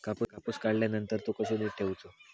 कापूस काढल्यानंतर तो कसो नीट ठेवूचो?